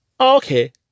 okay